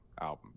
album